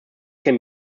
can